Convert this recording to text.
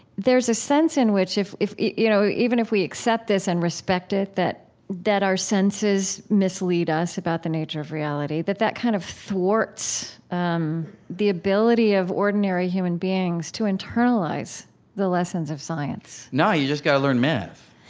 there's a sense in which, if if you know even if we accept this and respect it, that that our senses mislead us about the nature of reality, that that kind of thwarts um the ability of ordinary human beings to internalize the lessons of science no, you've just got to learn math